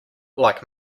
like